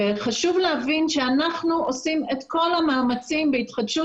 חשוב להבין שאנחנו עושים את כל המאמצים בהתחדשות